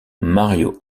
mario